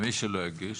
ומי שלא יגיש?